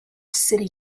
city